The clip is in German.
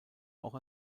auch